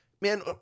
man